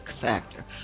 factor